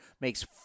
makes